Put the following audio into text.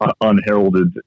unheralded